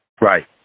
Right